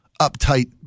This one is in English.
uptight